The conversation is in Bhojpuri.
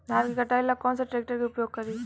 धान के कटाई ला कौन सा ट्रैक्टर के उपयोग करी?